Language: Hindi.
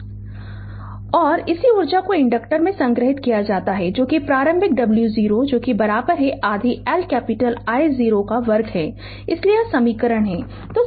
Refer Slide Time 0829 तो और इसी ऊर्जा को इंडक्टर में संग्रहीत किया जाता है जो कि प्रारंभिक W 0 आधा L कैपिटल I0 का वर्ग है इसलिए यह समीकरण है